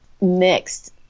mixed